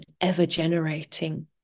ever-generating